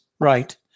right